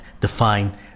define